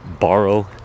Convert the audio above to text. borrow